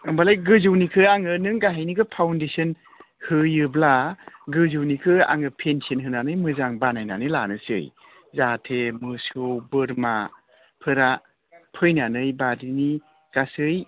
होमबालाय गोजौनिखो आङो नों गाहायनिखौ फाउदिसन होयोब्ला गोजौनिखो आङो फेनसिन होनानै मोजां बानायनानै लानोसै जाहाथे मोसौ बोरमाफोरा फैनानै बारिनि गासै